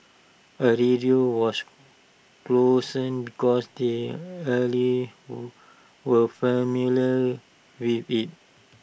A radio was chosen because the elderly were familiar with IT